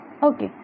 Okay